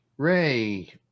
Ray